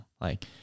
like-